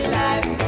life